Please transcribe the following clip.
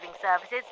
services